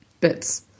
bits